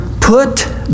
Put